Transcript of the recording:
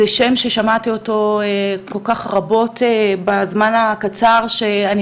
זה שם ששמעתי אותו כל כך הרבה בזמן הקצר שאני